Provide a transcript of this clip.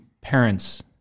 parent's